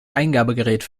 eingabegerät